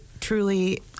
truly